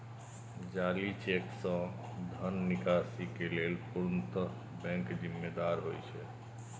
जाली चेक सं धन निकासी के लेल पूर्णतः बैंक जिम्मेदार होइ छै